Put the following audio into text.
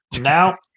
Now